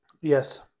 Yes